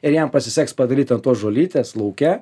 ir jam pasiseks padaryt an tos žolytės lauke